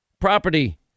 property